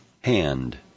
Hand